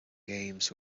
games